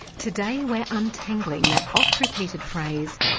today we're untangling that oft-repeated phrase,